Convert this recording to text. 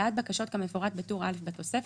בעד בקשות כמפורט בטור א' בתוספת,